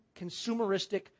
consumeristic